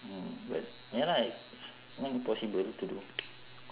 mm but ya lah it's not impossible to do